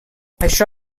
això